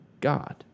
God